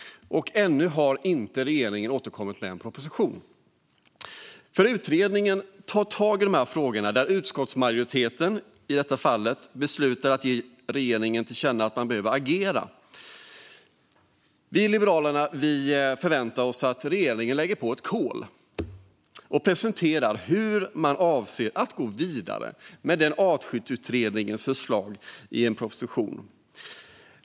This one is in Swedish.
Ännu har inte regeringen återkommit med en proposition. Utredningen tar tag i de här frågorna. Utskottsmajoriteten beslutade i det här fallet att ge regeringen till känna att man behöver agera. Vi i Liberalerna förväntar oss att regeringen läger på ett kol och presenterar hur man avser att gå vidare med Artskyddsutredningens förslag i en proposition.